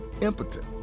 impotent